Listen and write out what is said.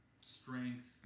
strength